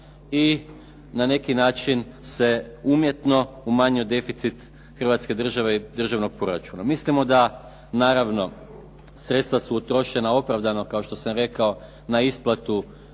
i na neki način se umjetno umanjio deficit Hrvatske države i Državnog proračuna. Mislimo da naravno sredstva su utrošena opravdano kao što sam rekao na isplatu duga